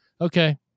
Okay